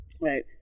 Right